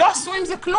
לא עשו עם זה כלום.